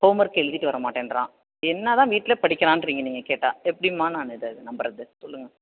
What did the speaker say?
homework எழுதிட்டு வர மாட்டேன்றான் என்ன தான் வீட்டில் படிக்குறான்ட்றிங்க நீங்கள் கேட்டால் எப்படிமா நான் இதை நம்புகிறது சொல்லுங்கள்